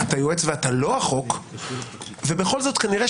אתה יועץ ואתה לא החוק שבכל זאת כנראה